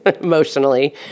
emotionally